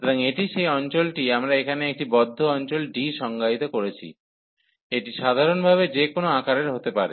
সুতরাং এটি সেই অঞ্চলটি আমরা এখানে একটি বদ্ধ অঞ্চল D সংজ্ঞায়িত করেছি এটি সাধারণভাবে যেকোনও আকারের হতে পারে